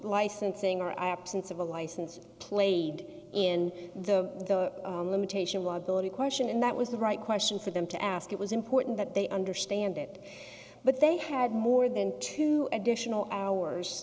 licensing or absence of a license played in the limitation widebody question and that was the right question for them to ask it was important that they understand it but they had more than two additional hours